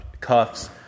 cuffs